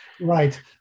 right